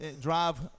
drive